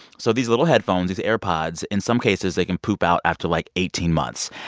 so these little headphones these airpods in some cases, they can poop out after, like, eighteen months.